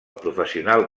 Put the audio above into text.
professional